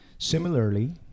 Similarly